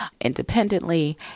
independently